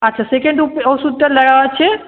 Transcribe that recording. আচ্ছা সেকেন্ড ওষুধটা আছে